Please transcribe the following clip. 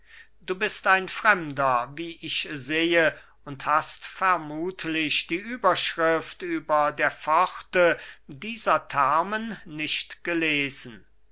du bist ein fremder wie ich sehe und hast vermuthlich die überschrift über der pforte dieser thermen nicht gelesen